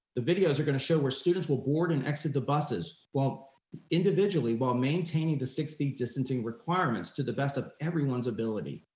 the videos are gonna show where students will board and exit the buses individually while maintaining the six feet distancing requirements to the best of everyone's ability.